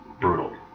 brutal